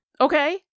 Okay